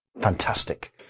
fantastic